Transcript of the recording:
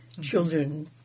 children